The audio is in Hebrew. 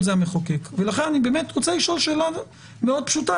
לכן אני רוצה לשאול שאלה מאוד פשוטה,